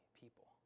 people